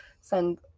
send